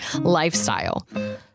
lifestyle